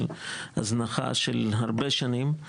הזנחה של הרבה שנים.